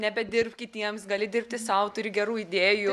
nebedirbk kitiems gali dirbti sau turi gerų idėjų